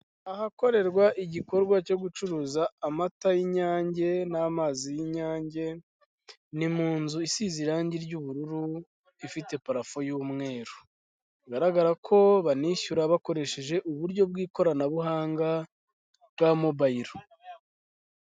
Ahakorerwa igikorwa cyo gucuruza amata y'inyange n'amazi y'inyange, ni munzu isize irange ry'ubururu, ifite parafo y'umweru. Bigaragara ko banishyura bakoresheje uburyo bw'ikoranabuhanga bwa mobayilo.